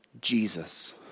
Jesus